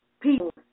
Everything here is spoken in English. people